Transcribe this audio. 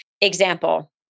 Example